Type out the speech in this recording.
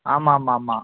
ஆமாம்மாம்மா